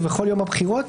ובכל יום הבחירות,